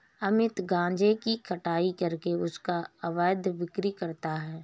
अमित गांजे की कटाई करके उसका अवैध बिक्री करता है